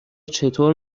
چطور